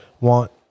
want